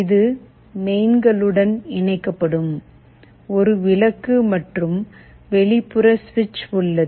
இது மெயின்களுடன் இணைக்கப்படும் ஒரு விளக்கு மற்றும் வெளிப்புற சுவிட்ச் உள்ளது